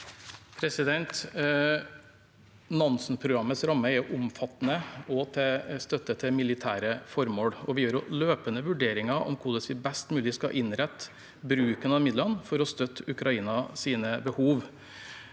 Nansen-pro- grammets ramme er omfattende, også støtten til militære formål. Vi foretar løpende vurderinger av hvordan vi best mulig skal innrette bruken av midlene for å støtte Ukrainas behov.